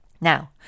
Now